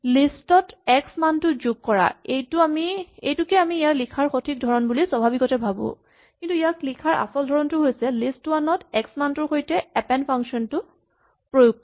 list one ত x মানটো সংযোগ কৰা এইটোকে আমি ইয়াক লিখাৰ সঠিক ধৰণ বুলি স্বাভাৱিকতে ভাৱো কিন্তু ইয়াক লিখাৰ আচল ধৰণটো হৈছে লিষ্ট ৱান ত এক্স মানটোৰ সৈতে এপেন্ড ফাংচন টো প্ৰয়োগ কৰা